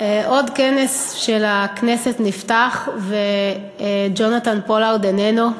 עוד כנס של הכנסת נפתח וג'ונתן פולארד איננו.